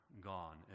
gone